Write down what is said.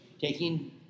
Taking